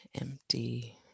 Empty